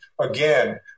again